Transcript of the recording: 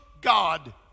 God